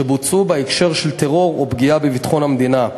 שבוצעו בהקשר של טרור או פגיעה בביטחון המדינה.